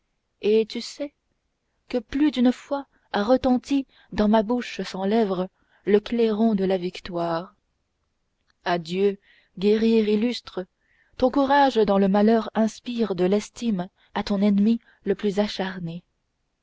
et tu sais que plus d'une fois a retenti dans ma bouche sans lèvres le clairon de la victoire adieu guerrier illustre ton courage dans le malheur inspire de l'estime à ton ennemi le plus acharné